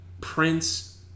Prince